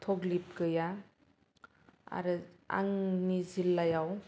तकलिब गैया आरो आंनि जिल्लायाव